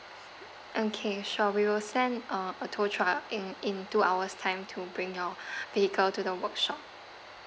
okay sure we will send uh a tow truck in in two hours time to bring your vehicle to the workshop